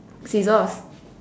scissors